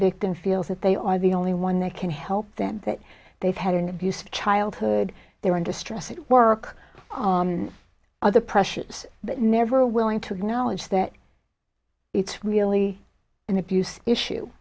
victim feels that they are the only one that can help them that they've had an abused childhood they were in distress at work other precious but never willing to acknowledge that it's really an abuse issue